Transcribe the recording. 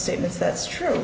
statements that's true